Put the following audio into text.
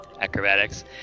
Acrobatics